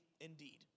indeed